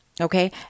okay